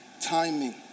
timing